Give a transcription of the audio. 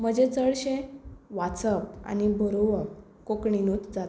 म्हजें चडशें वाचप आनी बरोवप कोंकणींतूच जाता